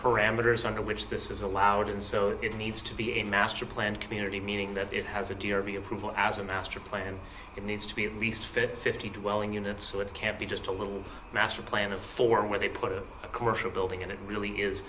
parameters under which this is allowed and so it needs to be a master planned community meaning that it has a two year b approval as a master plan needs to be at least fifty fifty two well in units so it can't be just a little master plan of four where they put up a commercial building and it really is